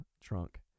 trunk